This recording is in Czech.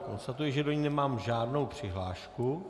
Konstatuji, že do ní nemám žádnou přihlášku.